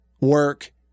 work